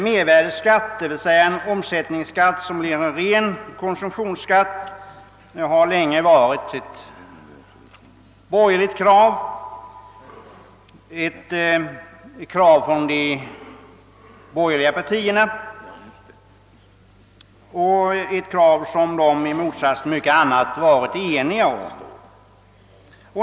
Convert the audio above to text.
Mervärdesskatt, dvs. en omsättningsskatt som är en ren konsumtionsskatt, har länge varit ett krav från de borgerliga partierna — och ett krav som de i motsats till mycket annat varit eniga om.